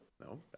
no